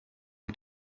him